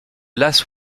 las